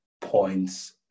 points